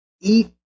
eat